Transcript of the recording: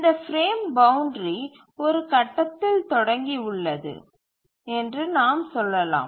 இந்த frame boundary ஒரு கட்டத்தில் தொடங்கி உள்ளது என்று நாம் சொல்லலாம்